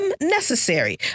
Necessary